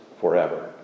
forever